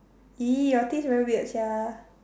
!ee! your taste very weird sia